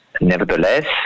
nevertheless